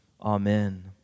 Amen